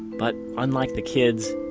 but unlike the kids,